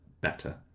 better